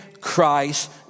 Christ